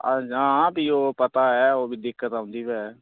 हां फ्ही ओह् पता ऐ दिक्कत औंदी ऐ